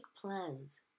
plans